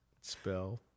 Spell